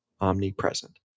omnipresent